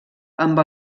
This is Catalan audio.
amb